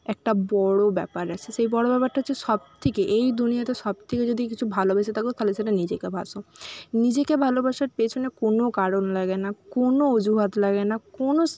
একটা বড়ো ব্যাপার আছে সেই বড়ো ব্যাপারটা হচ্ছে সব থেকে এই দুনিয়াতে সব থেকে যদি কিছু ভালোবেসে থাকো তাহলে সেটা নিজেকে বাসো নিজেকে ভালোবাসার পেছনে কোনো কারণ লাগে না কোনো ওজুহাত লাগে না কোনো